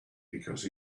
because